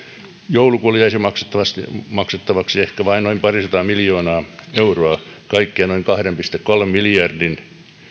joulukuulle jäisi maksettavaksi maksettavaksi ehkä vain noin parisataa miljoonaa euroa kaikkiaan noin kahden pilkku kolmen miljardin